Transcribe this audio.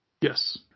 yes